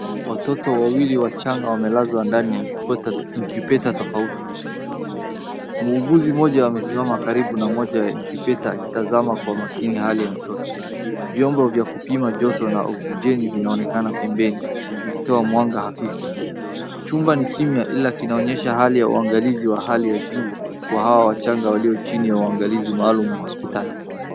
Watoto wawili wachanga wamelazwa ndani ya incubator tofauti. Muuguzi mmoja amesimama karibu na incubator akitazama kwa makini hali ya mtoto vyombo vya kupima joto na oksigeni vinaonekana pembeni vikitoa mwanga hafifu. Chumba ni kimya ila kinaonyesha hali ya uwangalizi wa hali ya juu kwa hawa wachanga walio chini ya uwangalizi maalum hospitali.